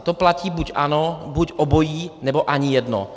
To platí buď ano, buď obojí, nebo ani jedno.